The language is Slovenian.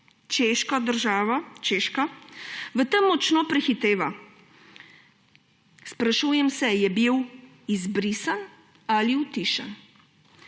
Češka, država Češka, v tem močno prehiteva. Sprašujem se, ali je bil izbrisal ali utišan.